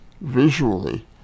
visually